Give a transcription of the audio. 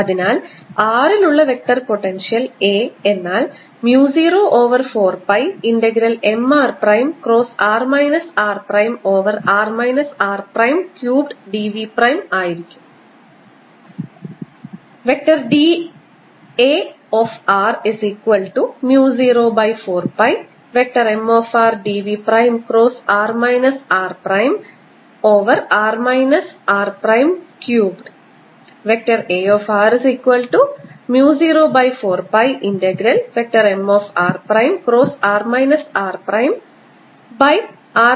അതിനാൽ r ൽ ഉള്ള വെക്റ്റർ പൊട്ടൻഷ്യൽ A എന്നാൽ mu 0 over 4 pi integral M r prime cross r minus r prime over r minus r prime cubed d v prime ആയിരിക്കും